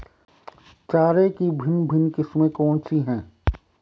चारे की भिन्न भिन्न किस्में कौन सी हैं?